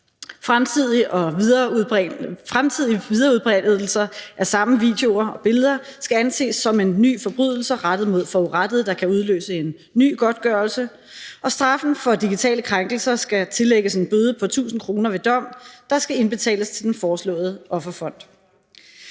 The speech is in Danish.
Fremtidige videreudbredelser af samme videoer og billeder skal anses som en ny forbrydelse rettet mod forurettede, der kan udløse en ny godtgørelse, og straffen for digitale krænkelser skal tillægges en bøde på 1.000 kr. ved dom, der skal indbetales til den foreslåede offerfond.